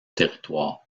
territoire